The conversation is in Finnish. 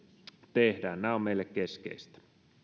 tehdään nämä ovat meille keskeisiä